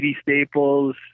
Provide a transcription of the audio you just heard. staples